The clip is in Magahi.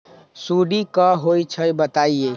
सुडी क होई छई बताई?